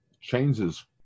changes